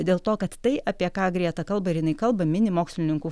dėl to kad tai apie ką grieta kalba ir jinai kalba mini mokslininkų